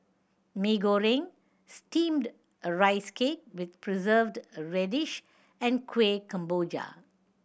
Mee Goreng Steamed Rice Cake with Preserved Radish and Kueh Kemboja